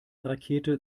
rakete